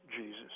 Jesus